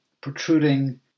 protruding